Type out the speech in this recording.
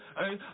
hey